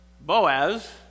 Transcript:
Boaz